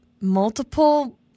multiple